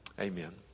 Amen